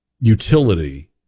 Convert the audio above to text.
utility